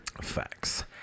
Facts